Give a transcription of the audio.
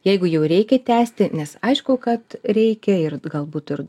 jeigu jau reikia tęsti nes aišku kad reikia ir galbūt ir